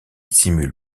simule